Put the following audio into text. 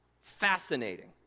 Fascinating